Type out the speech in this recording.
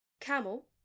camel